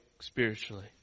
spiritually